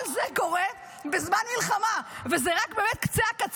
כל זה קורה בזה מלחמה, וזה רק באמת קצה-הקצה.